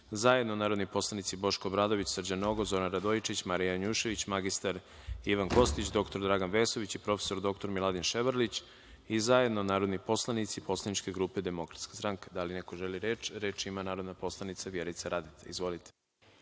zajedno narodni poslanici Boško Obradović, Srđan Nogo, Zoran Radojičić, Marija Janjušević, mr Ivan Kostić, dr Dragan Vesović i prof. dr Miladin Ševarlić, i zajedno narodni poslanici Poslaničke grupe Demokratska stranka. Da li neko želi reč? (Da)Reč ima narodna poslanica Vjerica Radeta. Izvolite.